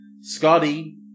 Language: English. Scotty